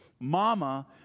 Mama